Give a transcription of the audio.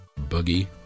Boogie